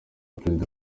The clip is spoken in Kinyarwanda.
perezida